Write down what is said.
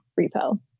repo